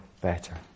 better